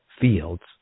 fields